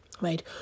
right